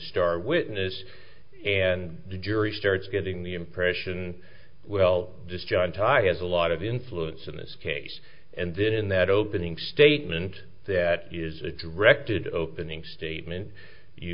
star witness and the jury starts getting the impression well this john tie has a lot of influence in this case and then in that opening statement that is a directed opening statement you